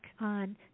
on